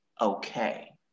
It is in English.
okay